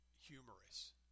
humorous